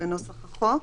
בנוסח החוק,